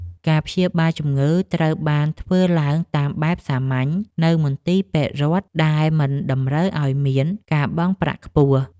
ការព្យាបាលជំងឺត្រូវបានធ្វើឡើងតាមបែបសាមញ្ញនៅមន្ទីរពេទ្យរដ្ឋដែលមិនតម្រូវឱ្យមានការបង់ប្រាក់ខ្ពស់។